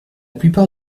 plupart